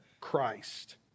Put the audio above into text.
Christ